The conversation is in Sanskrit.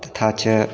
तथा च